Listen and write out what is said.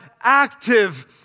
active